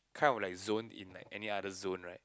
kind of like zone in like any other zone right